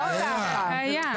רגע אחנו לא אחרי התיקון,